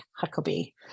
Huckabee